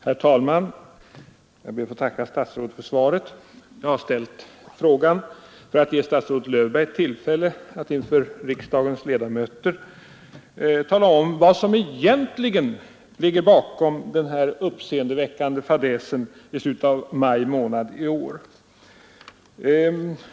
Herr talman! Jag ber att få tacka statsrådet för svaret. Jag har ställt frågan för att ge statsrådet Löfberg tillfälle att inför kammarens ledamöter tala om vad som egentligen ligger bakom den här uppseendeväckande fadäsen i slutet av maj månad i år.